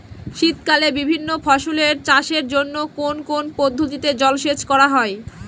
শীতকালে বিভিন্ন ফসলের চাষের জন্য কোন কোন পদ্ধতিতে জলসেচ করা হয়?